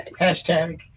hashtag